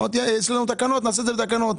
אמרתי: תקנות נעשה בתקנות.